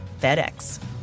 FedEx